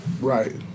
right